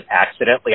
accidentally